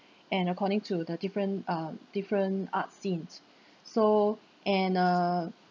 and according to the different um different art scenes so and uh